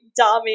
Dami